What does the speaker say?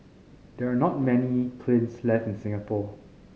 there are not many kilns left in Singapore